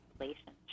relationship